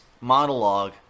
monologue